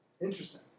Interesting